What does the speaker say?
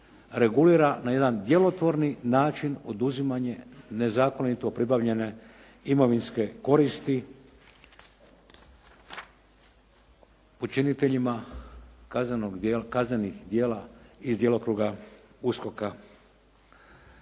regulira na jedan djelotvorni način oduzimanje nezakonito pribavljene imovinske koristi počiniteljima kaznenih djela iz djelokruga USKOK-a.